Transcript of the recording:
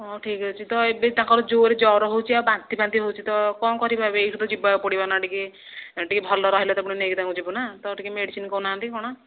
ହଁ ଠିକ ଅଛି ତ ଏବେ ତାଙ୍କର ଜୋରରେ ଜ୍ଵର ହେଉଛି ଆଉ ବାନ୍ତି ଫାନ୍ତି ହେଉଛି ତ କ'ଣ କରିବା ଏବେ ଏହିଠୁ ତ ଯିବା ପଡ଼ିବ ନା ଟିକେ ଆଉ ଟିକେ ଭଲ ରହିଲେ ତ ନେଇକି ଯିବୁ ନା ତ ଟିକେ ମେଡ଼ିସିନ କହୁନାହାଁନ୍ତି କ'ଣ